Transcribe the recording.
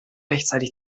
rechtzeitig